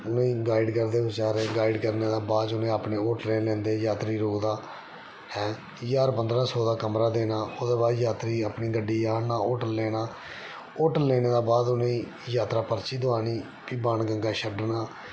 उ'नेंगी गाइड करदे बेचारे गाइड करने दे बाद च उ'नेंगी अपने होटलें च लेंदे यात्री रुकदा ऐं ज्हार पंदरां सौ दा कमरा देना ओह्दे बाद च यात्री अपनी गड्डी च आह्नना होटल लेना होटल लेने दे बाच उनेंगी यात्रा पर्ची दोआनी फ्ही बाण गंगा छड्डना